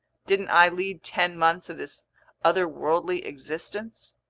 didn't i lead ten months of this otherworldly existence?